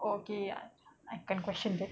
oh okay ya I can question that